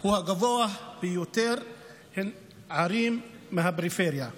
הוא הגבוה ביותר הן ערים מהפריפריה.